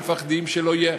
הם מפחדים שלא יהיה,